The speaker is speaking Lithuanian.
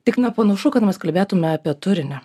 tik nepanašu kad mes kalbėtume apie turinį